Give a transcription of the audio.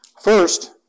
First